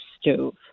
stove